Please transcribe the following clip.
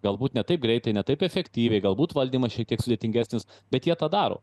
galbūt ne taip greitai ne taip efektyviai galbūt valdymas šiek tiek sudėtingesnis bet jie tą daro